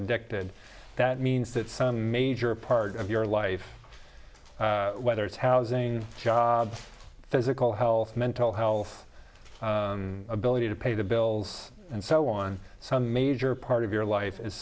addicted that means that some major part of your life whether it's housing job physical health mental health ability to pay the bills and so on some major part of your life is